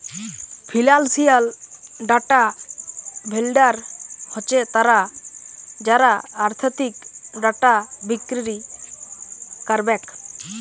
financial data vendor হছে তারা যারা আথ্থিক ডাটা বিক্কিরি ক্যারবেক